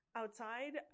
outside